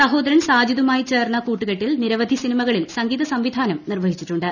സഹോദരൻ സാജിദുമായി ചേർന്ന കൂട്ടുള്കുട്ടിൽ നിരവധി സിനിമകളിൽ സംഗീത സംവിധാനം നിർവ്വഹിച്ചിട്ടുണ്ട്